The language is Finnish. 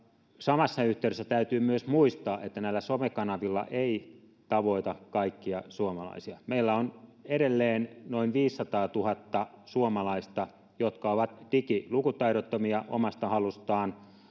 samassa yhteydessä täytyy myös muistaa että näillä somekanavilla ei tavoita kaikkia suomalaisia meillä on edelleen noin viisisataatuhatta suomalaista jotka ovat digilukutaidottomia omasta halustaan